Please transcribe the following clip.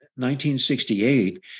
1968